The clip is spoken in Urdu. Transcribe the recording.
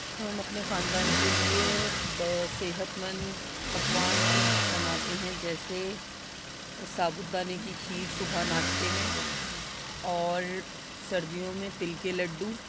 ہم اپنے خاندان کے لیے بہ صحت مند پکوان بناتے ہیں جیسے ثابوت دانے کی کھیر صُبح ناشتے میں اور سردیوں میں تل کے لڈّو